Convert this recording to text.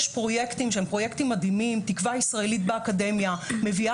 יש פרויקטים מדהימים: "תקווה ישראלית באקדמיה" מביאה